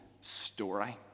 story